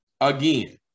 Again